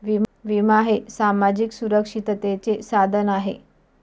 विमा हे सामाजिक सुरक्षिततेचे साधन आहे